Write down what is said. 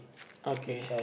okay